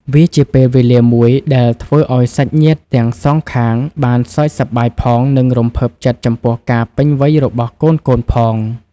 វាជាពេលវេលាមួយដែលធ្វើឱ្យសាច់ញាតិទាំងសងខាងបានសើចសប្បាយផង និងរំភើបចិត្តចំពោះការពេញវ័យរបស់កូនៗផង